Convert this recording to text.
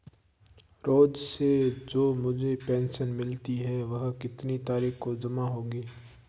रोज़ से जो मुझे पेंशन मिलती है वह कितनी तारीख को जमा होगी?